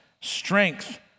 strength